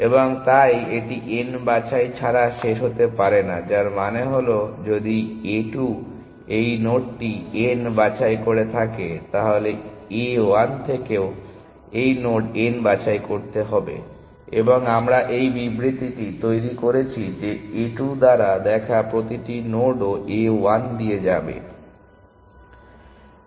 এবং তাই এটি n বাছাই ছাড়া শেষ হতে পারে না যার মানে হল যে যদি a 2 এই নোডটি n বাছাই করে থাকে তাহলে A 1 কেও এই নোড n বাছাই করতে হবে এবং আমরা এই বিবৃতিটি তৈরি করছি যে A 2 দ্বারা দেখা প্রতিটি নোডও A 1 দিয়ে দেখানো যাবে